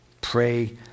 pray